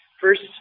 First